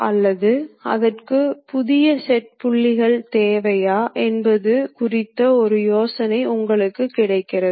நீங்கள் மூன்றுக்கு செல்ல விரும்பினால் நீங்கள் X 300 செய்ய வேண்டும்